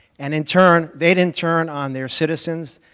and in turn, they didn't turn on their citizens,